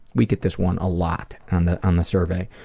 we get this one a lot on the on the survey.